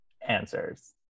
answers